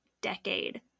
decade